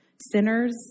Sinners